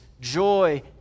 joy